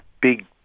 big